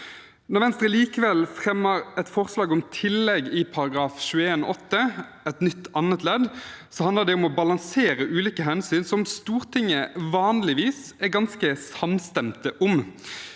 Når Venstre likevel fremmer et forslag om et tillegg, § 21-8 nytt annet ledd, handler det om å balansere ulike hensyn som Stortinget vanligvis er ganske samstemte om.